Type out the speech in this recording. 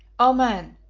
o man!